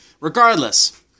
Regardless